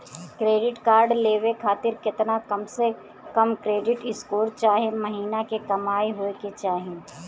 Credit card लेवे खातिर केतना कम से कम क्रेडिट स्कोर चाहे महीना के कमाई होए के चाही?